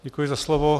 Děkuji za slovo.